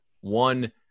one